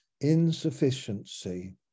insufficiency